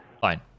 Fine